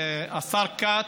השר כץ,